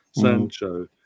Sancho